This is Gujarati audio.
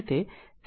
2 એમ્પીયર હશે